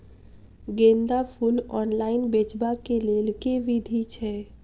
गेंदा फूल ऑनलाइन बेचबाक केँ लेल केँ विधि छैय?